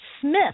Smith